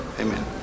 Amen